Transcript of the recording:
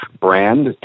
brand